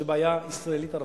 זו בעיה ישראלית ערבית,